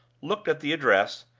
looked at the address,